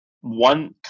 one